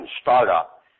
startup